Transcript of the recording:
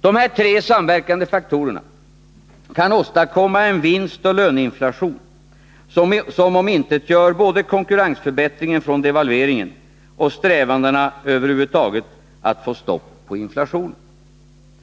Dessa tre samverkande faktorer kan åstadkomma en vinstoch löneinflation, som omintetgör både konkurrensförbättringen från devalveringen och strävandena över huvud taget att få stopp på inflationen.